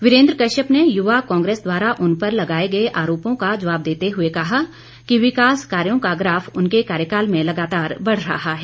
वीरेन्द्र कश्यप ने युवा कांग्रेस द्वारा उन पर लगाए गए आरोपों का जवाब देते हुए उन्होंने कहा कि विकास कार्यो का ग्राफ उनके कार्यकाल में लगातार बढ रहा है